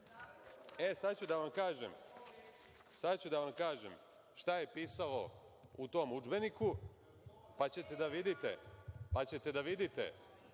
ću da vam kažem šta je pisalo u tom udžbeniku, pa ćete da vidite…(Ana